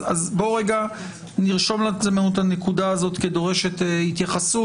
אז בואו נרשום לעצמנו את הנקודה הזאת כדורשת התייחסות.